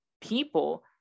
people